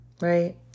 Right